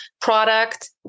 product